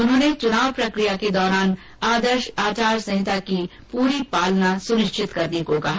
उन्होंने चुनाव प्रकिया के दौरान आदर्श आचारसंहिता की पूरी पालना सुनिश्चित करने की बात कही